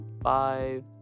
Five